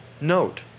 note